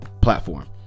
platform